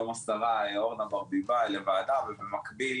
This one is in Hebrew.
היום השרה אורנה ברביבאי לוועדה ובמקביל